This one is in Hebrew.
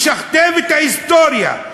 לשכתב את ההיסטוריה.